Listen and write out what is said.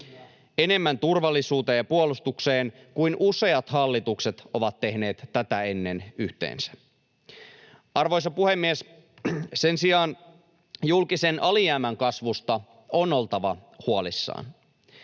enemmän turvallisuuteen ja puolustukseen kuin useat hallitukset ovat tehneet tätä ennen yhteensä. Arvoisa puhemies! Sen sijaan julkisen alijäämän kasvusta on oltava huolissaan.